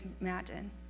imagine